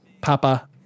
Papa